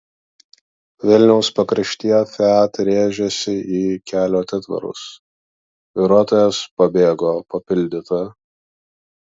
vilniaus pakraštyje fiat rėžėsi į kelio atitvarus vairuotojas pabėgo papildyta